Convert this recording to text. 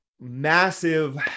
massive